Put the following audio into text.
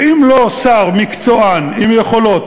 וללא שר מקצוען, עם יכולות,